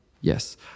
Yes